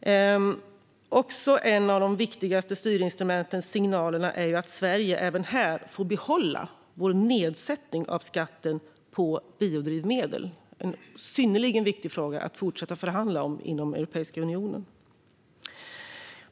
Ett av de viktigaste styrinstrumenten och en viktig signal är att Sverige får behålla vår nedsättning av skatten på biodrivmedel - en synnerligen viktig fråga att fortsätta att förhandla om inom Europeiska unionen.